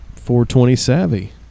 420-savvy